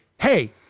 hey